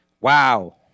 Wow